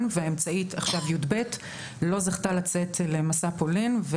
והאמצעית עכשיו בכיתה י"ב ולא זכתה לצאת למסע פולין.